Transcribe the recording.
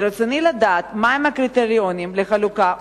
1. מה הם הקריטריונים לחלוקה,